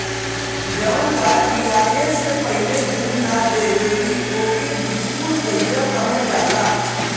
जवन गाय बियाये से पहिले दूध ना देवेली ओके बिसुकुल गईया कहल जाला